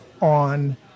on